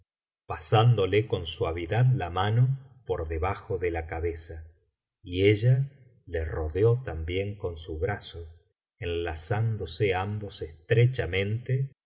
pasándole con suavidad la mano por debajo de la cabeza y ella le rodeó también con su brazo enlazándose ambos estrechamente